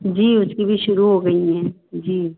जी उसकी भी शुरू हो गई हैं जी